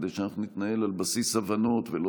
כדי שאנחנו נתנהל על בסיס הבנות ולא